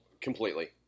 completely